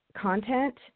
content